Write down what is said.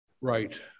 Right